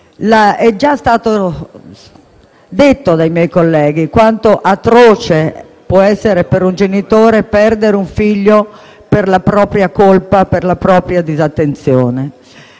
È già stato ricordato dai miei colleghi quanto atroce può essere per un genitore perdere un figlio per la propria colpa, per la propria disattenzione.